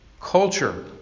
culture